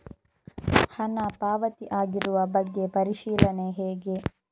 ಹಣ ಪಾವತಿ ಆಗಿರುವ ಬಗ್ಗೆ ಪರಿಶೀಲನೆ ಹೇಗೆ?